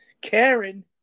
Karen